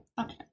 Okay